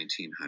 1900